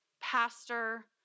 pastor